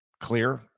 clear